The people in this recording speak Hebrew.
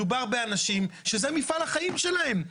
מדובר באנשים שזהו מפעל החיים שלהם.